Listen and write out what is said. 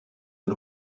den